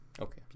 Okay